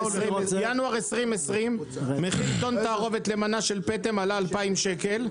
בינואר 2020 מחיר טון תערובת למנה של פטם עלה 2,000 שקלים,